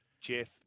Jeff